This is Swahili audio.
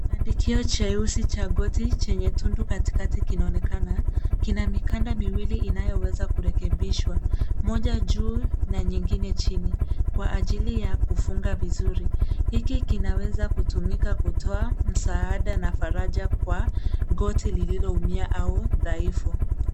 Kibandikio cheusi cha goti chenye tundu katikati kinaonekana kina mikanda miwili inayoweza kurekebishwa, moja juu na nyingine chini kwa ajili ya kufunga vizuri. Hiki kinaweza kutumika kutoa msaada na faraja kwa goti lililoumia au dhaifu.